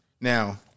Now